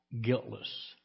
guiltless